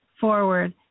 forward